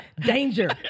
Danger